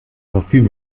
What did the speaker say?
parfüm